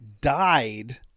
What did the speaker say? died